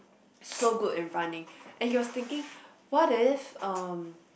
so good in running and he was thinking what if um